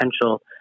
potential